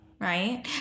right